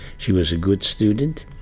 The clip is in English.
she was a good student.